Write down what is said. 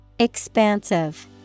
Expansive